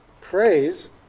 Praise